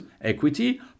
equity